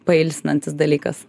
pailsinantis dalykas